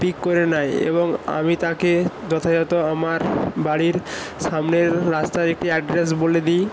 pick করে নেয় এবং আমি তাকে যথাযথ আমার বাড়ির সামনের রাস্তার একটি অ্যাড্রেস বলে দিই